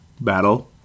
battle